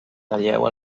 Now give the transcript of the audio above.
talleu